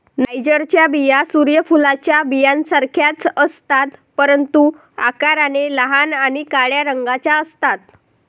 नायजरच्या बिया सूर्य फुलाच्या बियांसारख्याच असतात, परंतु आकाराने लहान आणि काळ्या रंगाच्या असतात